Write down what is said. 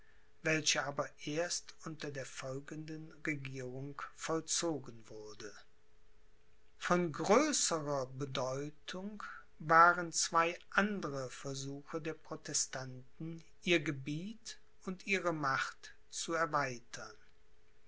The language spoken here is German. welche aber erst unter der folgenden regierung vollzogen wurde von größerer bedeutung waren zwei andre versuche der protestanten ihr gebiet und ihre macht zu erweitern